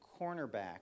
cornerback